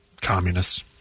Communists